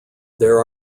there